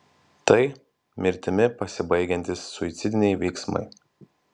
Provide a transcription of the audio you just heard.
tai mirtimi pasibaigiantys suicidiniai veiksmai